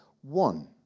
one